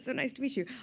so nice to meet you.